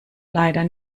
leider